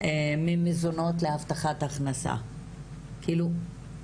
ממזונות להבטחת הכנסה, כאילו,